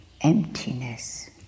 emptiness